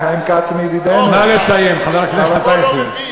נא לסיים, חבר הכנסת אייכלר.